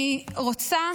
אני רוצה